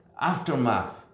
aftermath